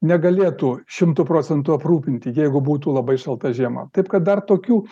negalėtų šimtu procentų aprūpinti jeigu būtų labai šalta žiema taip kad dar tokių